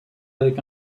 avec